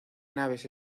naves